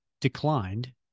declined